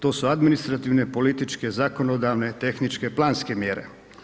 To su administrativne, političke, zakonodavne, tehničke, planske mjere.